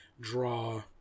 draw